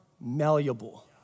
malleable